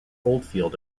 oldfield